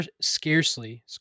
scarcely